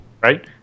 right